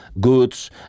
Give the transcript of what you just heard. goods